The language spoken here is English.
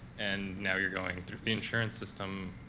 and now you're going through the insurance system.